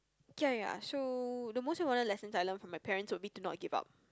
ya ya so the most important lessons I learnt from my parents would be to not give up